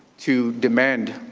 to demand